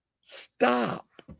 Stop